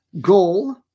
goal